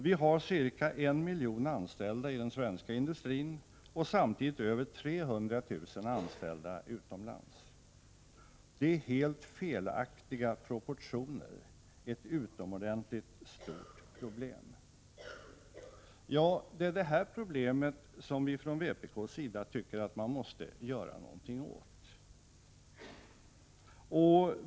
Vi har cirka en miljon anställda i den svenska industrin och samtidigt över 300 000 anställda utomlands. Det är helt felaktiga proportioner, ett utomordentligt stort problem.” Ja, det är det här problemet som vi från vpk:s sida tycker att man måste göra någonting åt.